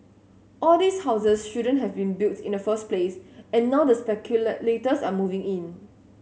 all these houses shouldn't have been built in the first place and now the speculators are moving in